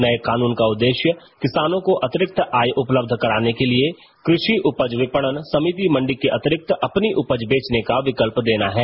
नए कानून का उद्देश्य किसानों को अतिरिक्त आय उपलब्ध कराने के लिए कृषि उपज विपणन समिति मण्डी के अतिरिक्त अपनी उपज बेचने का विकल्प देना है